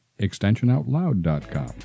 extensionoutloud.com